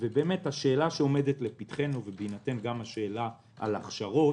השאלה שעומדת לפתחנו ובהינתן השאלה על הכשרות